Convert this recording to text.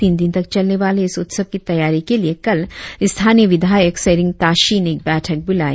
तीन दिन तक चलने वाले इस उत्सव की तैयारी के लिए कल स्थानीय विद्यायक सेरिंग ताशी ने एक बैठक बुलाई